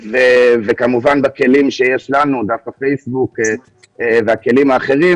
וכמובן בכלים שיש לנו כמו דף הפייסבוק והכלים האחרים